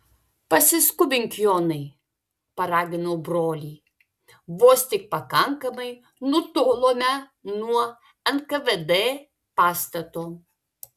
pasiskubink jonai paraginau brolį vos tik pakankamai nutolome nuo nkvd pastato